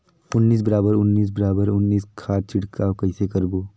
उन्नीस बराबर उन्नीस बराबर उन्नीस खाद छिड़काव कइसे करबो?